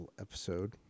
episode